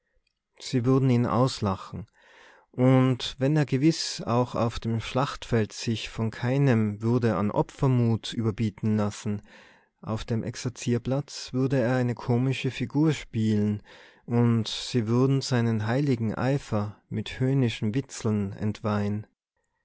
sie würden ihn auslachen und wenn er gewiß auch auf dem schlachtfeld sich von keinem würde an opfermut überbieten lassen auf dem exerzierplatz würde er eine komische figur spielen und sie würden seinen heiligen eifer mit höhnischem witzeln entweihen